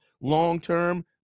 long-term